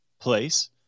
place